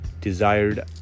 desired